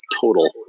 total